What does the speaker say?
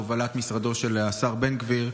בהובלת משרדו של השר בן גביר,